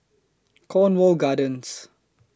Cornwall Gardens